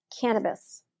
cannabis